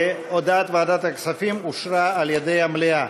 שהודעת ועדת הכספים אושרה על-ידי המליאה.